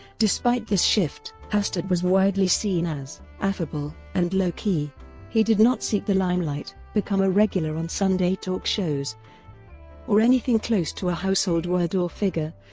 despite this shift, hastert was widely seen as affable and low-key he did not seek the limelight, become a regular on sunday talk shows or anything close to a household word or figure,